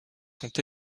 sont